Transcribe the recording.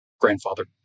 Grandfather